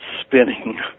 spinning